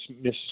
miss